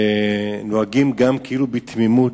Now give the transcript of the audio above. ונוהגים כאילו בתמימות.